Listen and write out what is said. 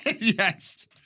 Yes